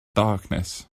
darkness